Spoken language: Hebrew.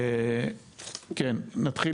נתחיל